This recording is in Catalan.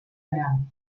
gran